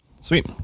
Sweet